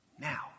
now